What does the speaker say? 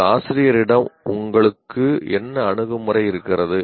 உங்கள் ஆசிரியரிடம் உங்களுக்கு என்ன அணுகுமுறை இருக்கிறது